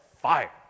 fire